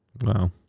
Wow